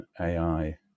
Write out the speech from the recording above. AI